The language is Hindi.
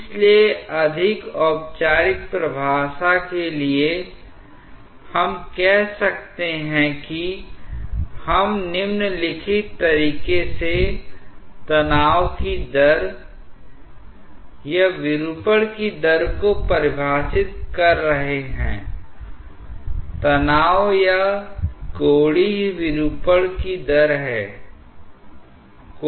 इसलिए अधिक औपचारिक परिभाषा के लिए हम कह सकते हैं कि हम निम्नलिखित तरीके से तनाव की दर या विरूपण की दर को परिभाषित कर रहे हैं तनाव या कोणीय विरूपण की दर है